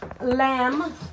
lamb